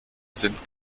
sind